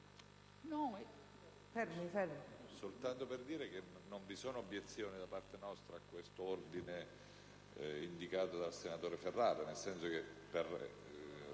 soltanto per dire che non vi sono obiezioni da parte nostra all'ordine indicato dal senatore Ferrara, nel senso che, per